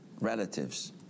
relatives